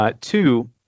Two